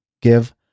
give